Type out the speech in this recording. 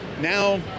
now